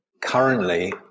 currently